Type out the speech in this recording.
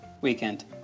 weekend